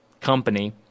company